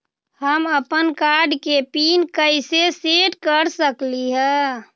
हम अपन कार्ड के पिन कैसे सेट कर सकली ह?